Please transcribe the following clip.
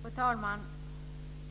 Fru talman!